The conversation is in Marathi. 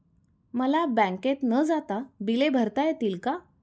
मला बँकेत न जाता बिले भरता येतील का?